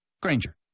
Granger